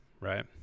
right